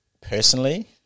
personally